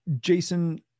Jason